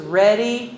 ready